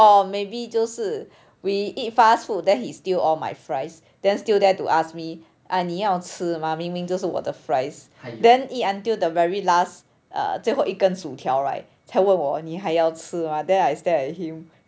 or maybe 就是 we eat fast food then he steal all my fries then still dare to ask me ah 你要吃吗明明就是我的 fries then eat until the very last err 最后一根薯条 right 才问我你还要吃吗 then I stare at him